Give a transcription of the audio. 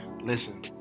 Listen